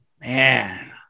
Man